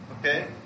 Okay